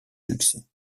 succès